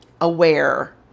aware